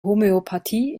homöopathie